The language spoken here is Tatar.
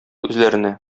үзләренә